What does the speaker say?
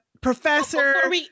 professor